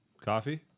Coffee